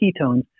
ketones